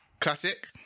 Classic